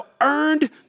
earned